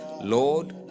Lord